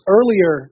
Earlier